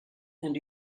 and